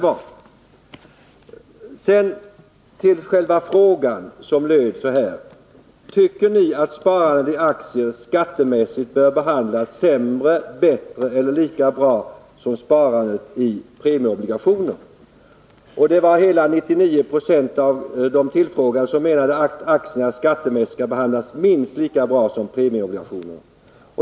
83 Sedan till själva frågan, som löd: Tycker ni att sparande i aktier skattemässigt bör behandlas sämre än, bättre än eller lika bra som sparande i premieobligationer? Hela 99 26 av de tillfrågade menade att aktierna skattemässigt skall behandlas minst lika bra som premieobligationer.